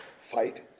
Fight